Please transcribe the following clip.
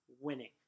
winning